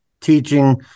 teaching